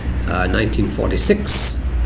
1946